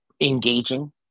engaging